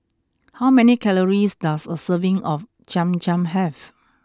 how many calories does a serving of Cham Cham have